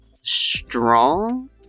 Strong